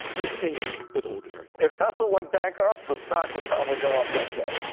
is anything but ordinary. if tesla went bankrupt the stock would probably go up that day.